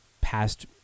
past